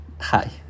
hi